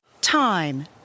Time